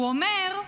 הוא אומר: